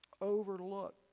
Overlook